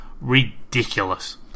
ridiculous